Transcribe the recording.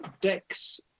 dex